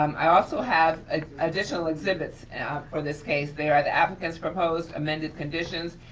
um i also have ah additional exhibits for this case. they are the applicants proposed amended conditions,